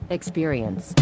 Experience